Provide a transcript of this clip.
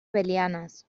belianes